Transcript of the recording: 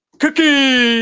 cookie,